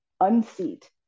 unseat